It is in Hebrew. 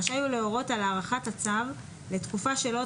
רשאי הוא להורות על הארכת הצו לתקופה שלא